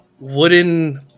wooden